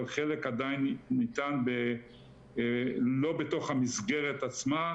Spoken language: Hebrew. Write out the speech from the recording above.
אבל חלק עדיין ניתן לא בתוך המסגרת עצמה,